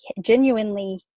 genuinely